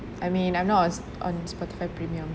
I mean I'm not a s~ on Spotify premium